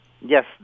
Yes